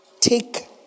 Take